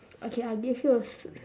okay I'll give you a s~